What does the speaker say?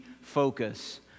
focus